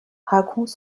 raconte